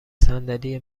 صندلی